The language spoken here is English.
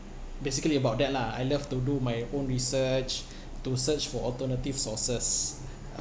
basically about that lah I love to do my own research to search for alternative sources